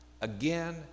again